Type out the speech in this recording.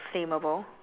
flammable